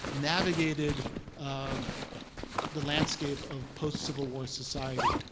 navigated um the landscape of post-civil war society.